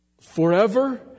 Forever